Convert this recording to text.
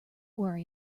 worry